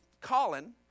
Colin